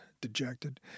dejected